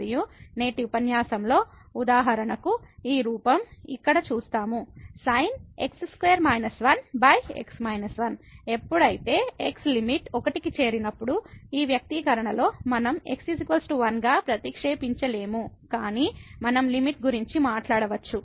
మరియు నేటి ఉపన్యాసంలో ఉదాహరణకు ఈ రూపం ఇక్కడ చూస్తాము sin x2 −1 x−1 ఎప్పుడైతే x లిమిట్ 1 కి చేరినప్పుడు ఈ వ్యక్తీకరణలో మనం x 1 గా ప్రతిక్షేపించలేము కాని మనం లిమిట్ గురించి మాట్లాడవచ్చు